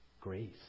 Grace